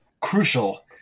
crucial